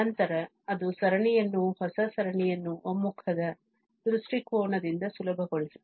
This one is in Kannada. ನಂತರ ಅದು ಸರಣಿಯನ್ನು ಹೊಸ ಸರಣಿಯನ್ನು ಒಮ್ಮುಖ ದ ದೃಷ್ಟಿಕೋನದಿಂದ ಸುಲಭಗೊಳಿಸುತ್ತದೆ